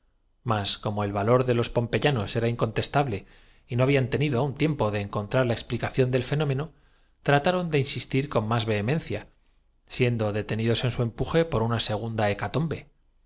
mas como el valor de los pompeyanos era incontesta ble y no habían tenido aún tiempo de encontrar la ex plicación del fenómeno trataron de insistir con más vehemencia siendo detenidos en su empuje por una segunda